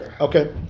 Okay